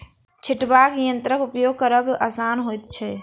छिटबाक यंत्रक उपयोग करब आसान होइत छै